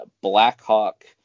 Blackhawk